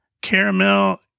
caramel